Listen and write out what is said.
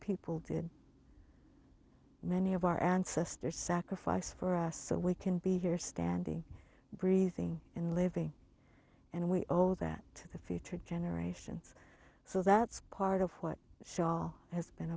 people did many of our ancestors sacrificed for us so we can be here standing breathing and living and we owe that to the future generations so that's part of what saul has been